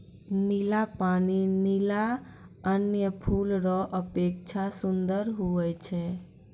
नीला पानी लीली अन्य फूल रो अपेक्षा सुन्दर हुवै छै